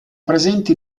presenti